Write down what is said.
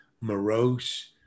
morose